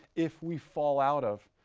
if we fall out of,